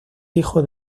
hijo